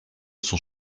son